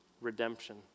Redemption